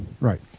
Right